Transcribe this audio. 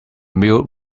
mute